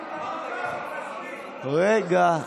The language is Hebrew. רגע,